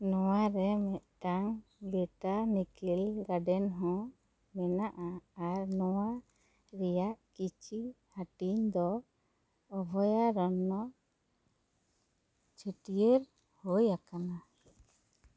ᱱᱚᱶᱟ ᱨᱮ ᱢᱤᱫᱴᱟᱝ ᱵᱳᱴᱟᱱᱤᱠᱮᱞ ᱜᱟᱨᱰᱮᱱ ᱦᱚᱸ ᱢᱮᱱᱟᱜᱼᱟ ᱟᱨ ᱢᱚᱶᱟ ᱠᱤᱪᱷᱤ ᱦᱟᱹᱴᱤᱧ ᱫᱚ ᱚᱵᱷᱚᱭᱟᱨᱚᱱᱚ ᱪᱷᱟᱹᱴᱭᱟᱹᱨ ᱦᱩᱭ ᱟᱠᱟᱱᱟ